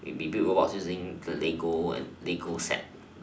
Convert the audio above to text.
we build robots using the lego and lego set